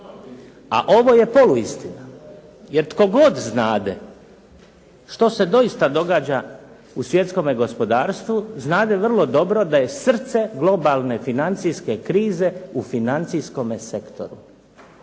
a ovo je poluistina, jer tko god znade što se doista događa u svjetskome gospodarstvu znade vrlo dobro da je srce globalne financijske krize u financijskome sektoru.